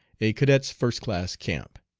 a cadet's first-class camp.